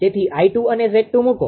તેથી 𝐼2 અને 𝑍2 મુકો